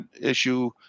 issue